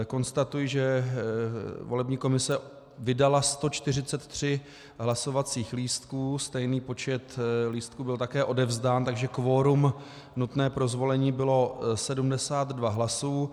Konstatuji, že volební komise vydala 143 hlasovacích lístků, stejný počet lístků byl také odevzdán, takže kvorum nutné pro zvolení bylo 72 hlasů.